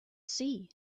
sea